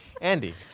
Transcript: Andy